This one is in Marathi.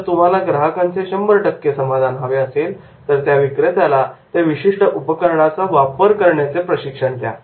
जर तुम्हाला ग्राहकांचे शंभर टक्के समाधान हवे असेल तर त्या विक्रेत्याला त्या विशिष्ट उपकरणाचा वापर करण्याचे प्रशिक्षण द्या